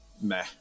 meh